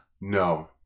No